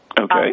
Okay